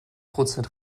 prozent